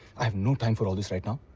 i've no time for all this right now.